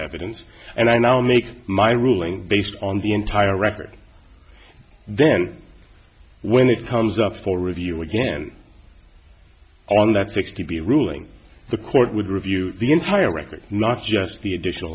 evidence and i now make my ruling based on the entire record then when it comes up for review again on that sixty be ruling the court would review the entire record not just the additional